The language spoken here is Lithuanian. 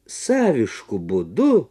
savišku būdu